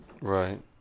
Right